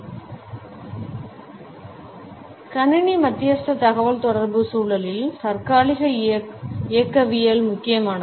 slide நேரத்தைப் பார்க்கவும் 1323 கணினி மத்தியஸ்த தகவல்தொடர்பு சூழலில் தற்காலிக இயக்கவியல் முக்கியமானது